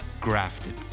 Grafted